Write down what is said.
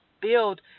build